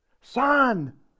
son